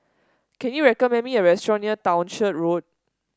can you recommend me a restaurant near Townshend Road